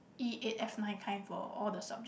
E eight F nine kind for all the subject